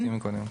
ראיתי קודם.